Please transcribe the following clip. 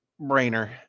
brainer